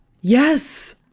Yes